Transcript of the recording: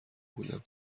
بودم